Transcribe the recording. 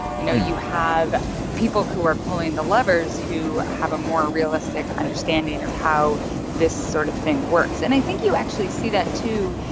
you know, you have people who are pulling the levers who have a more realistic understanding of how this sort of thing works. and i think you actually see that, too,